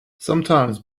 sometimes